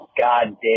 goddamn